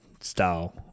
style